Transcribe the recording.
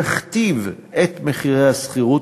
תכתיב את מחירי השכירות,